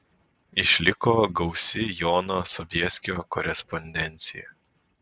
išliko gausi jono sobieskio korespondencija